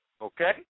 okay